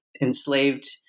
enslaved